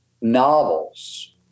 novels